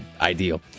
ideal